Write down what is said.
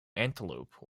antelope